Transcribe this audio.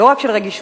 לא רק של רגישות,